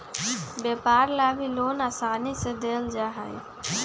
व्यापार ला भी लोन आसानी से देयल जा हई